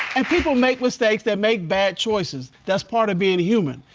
and people make mistakes, they make bad choices. that's part of being human.